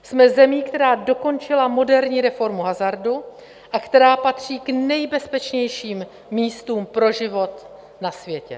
Jsme zemí, která dokončila moderní reformu hazardu a která patří k nejbezpečnějším místům pro život na světě.